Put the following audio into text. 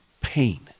pain